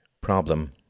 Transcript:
problem